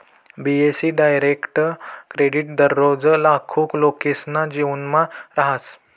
बी.ए.सी direct credit दररोज लाखो लोकेसना जीवनमा रहास